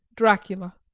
dracula.